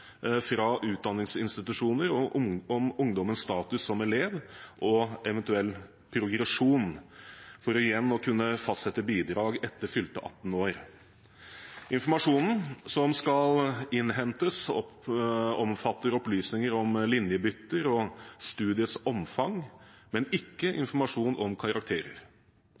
fra utdanningsinstitusjoner om ungdommens status som elev og om eventuell progresjon, for igjen å kunne fastsette bidrag etter fylte 18 år. Informasjonen som skal innhentes, omfatter opplysninger om linjebytter og studiets omfang, men ikke informasjon om karakterer.